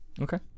Okay